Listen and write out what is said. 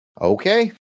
Okay